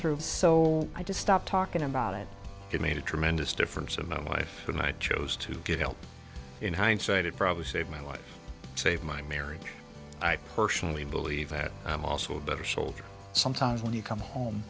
through so i just stopped talking about it it made a tremendous difference and no life when i chose to get help in hindsight it probably saved my life save my marriage i personally believe that i'm also a better soldier sometimes when you come home